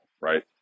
right